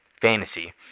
fantasy